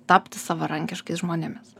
tapti savarankiškais žmonėmis